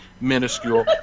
minuscule